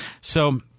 So-